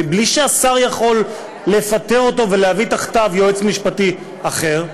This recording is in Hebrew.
בלי שהשר יכול לפטר אותו ולהביא תחתיו יועץ משפטי אחר,